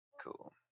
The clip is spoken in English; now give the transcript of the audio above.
Cool